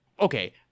Okay